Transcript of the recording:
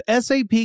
SAP